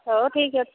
ହଉ ଠିକ୍ ଅଛି